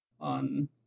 on